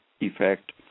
effect